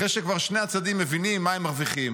אחרי ששני הצדדים כבר מבינים מה הם מרוויחים.